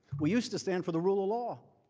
we used to stand for the rule of law.